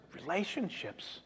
relationships